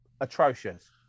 atrocious